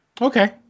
Okay